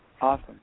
Awesome